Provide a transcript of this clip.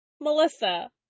Melissa